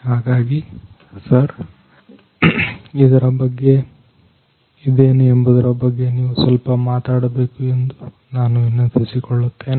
ಹಾಗಾಗಿ ಸರ್ ಇದನ್ನು ಎಂಬುದರ ಬಗ್ಗೆ ನೀವು ಸ್ವಲ್ಪ ಮಾತಾಡಬೇಕು ಎಂದು ನಾನು ವಿನಂತಿಸಿಕೊಳ್ಳುತ್ತೇನೆ